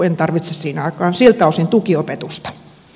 en tarvitse siinä ainakaan siltä osin tukiopetusta